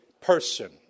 person